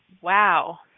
wow